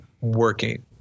working